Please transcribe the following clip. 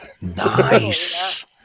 Nice